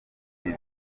biri